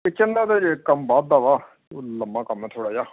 kitchen ਦਾ ਤਾਂ ਜੇ ਕੰਮ ਵਧਦਾ ਵਾ ਉਹ ਲੰਬਾ ਕੰਮ ਹੈ ਥੋੜ੍ਹਾ ਜਿਹਾ